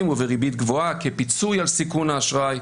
ובריבית גבוהה כפיצוי על סיכון האשראי,